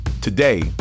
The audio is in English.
Today